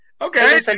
Okay